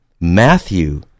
Matthew